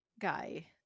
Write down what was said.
guy